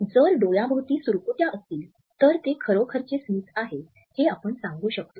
जर डोळ्याभोवती सुरकुत्या असतील तर ते खरोखरचे स्मित आहे हे आपण सांगू शकतो